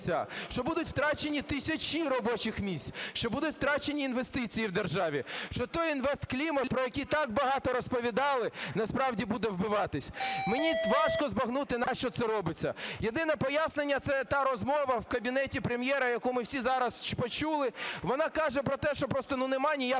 що будуть втрачені тисячі робочих місць, що будуть втрачені інвестиції в державі, що той інвестклімат, про який так багато розповідали, насправді буде вбиватись. Мені важко збагнути, нащо це робиться. Єдине пояснення - це та розмова в кабінеті Прем'єра, яку ми всі зараз почули, вона каже про те, що просто немає ніякого